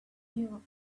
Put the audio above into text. you